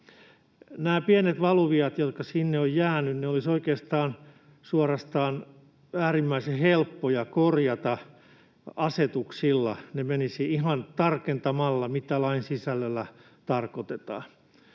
Nämä pienet valuviat, jotka sinne ovat jääneet, olisivat oikeastaan suorastaan äärimmäisen helppoja korjata asetuksilla. Ne menisivät ihan tarkentamalla, mitä lain sisällöllä tarkoitetaan.